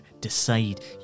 decide